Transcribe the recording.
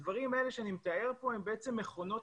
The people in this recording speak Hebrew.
הדברים האלה שאני מתאר פה הם בעצם מכונות